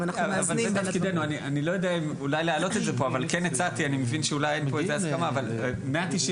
הסיפא של סעיף